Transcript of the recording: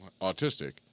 autistic